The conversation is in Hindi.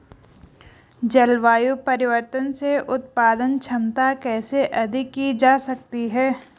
जलवायु परिवर्तन से उत्पादन क्षमता कैसे अधिक की जा सकती है?